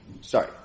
sorry